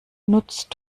nutzt